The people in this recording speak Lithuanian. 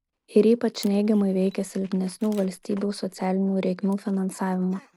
ir ypač neigiamai veikia silpnesnių valstybių socialinių reikmių finansavimą